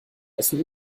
essen